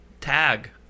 Tag